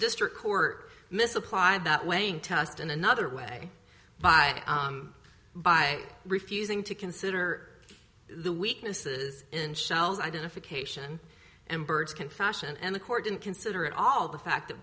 district court misapplied that weighing test in another way but by refusing to consider the weaknesses in shell's identification and birds can fashion and the court didn't consider at all the fact that